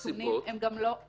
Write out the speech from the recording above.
מהנתונים --- למה שלא נקבע סיבות?